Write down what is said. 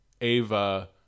Ava